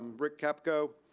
rick kepco,